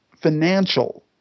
financial